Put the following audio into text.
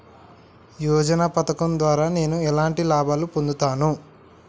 యోజన పథకం ద్వారా నేను ఎలాంటి లాభాలు పొందుతాను?